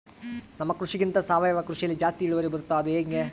ನಮ್ಮ ಕೃಷಿಗಿಂತ ಸಾವಯವ ಕೃಷಿಯಲ್ಲಿ ಜಾಸ್ತಿ ಇಳುವರಿ ಬರುತ್ತಾ ಅದು ಹೆಂಗೆ?